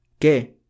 ¿qué